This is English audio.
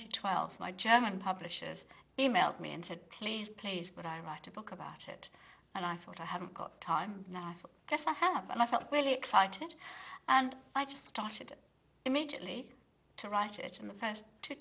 twenty twelve my german publishers emailed me and said please please but i write a book about it and i thought i haven't got time not just to have and i felt really excited and i just started immediately to write it in the first two